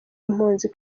impunzi